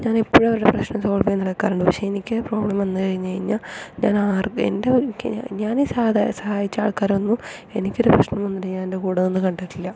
ഞാൻ എപ്പോഴും അവരുടെ പ്രശ്നം സോൾവ് ചെയ്യാൻ നടക്കാറുണ്ട് പക്ഷെ എനിക്ക് ഒരു പ്രോബ്ലം വന്നു കഴിഞ്ഞ് കഴിഞ്ഞാൽ ഞാൻ ആർക്കും എൻ്റെ ഞാൻ ഈ സഹ സഹായിച്ച ആൾക്കാരൊന്നും എനിക്ക് ഒരു പ്രശ്നം വന്നു കഴിഞ്ഞാൽ എൻ്റെ കൂടെ നിന്ന് കണ്ടിട്ടില്ല